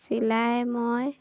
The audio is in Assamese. চিলাই মই